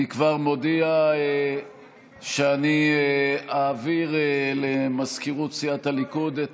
אני כבר מודיע שאני אעביר למזכירות סיעת הליכוד את